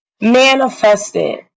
Manifested